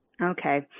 Okay